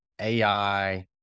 AI